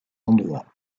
endroits